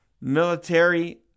military